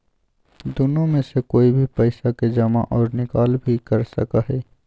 दुन्नो में से कोई भी पैसा के जमा और निकाल भी कर सका हई